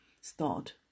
start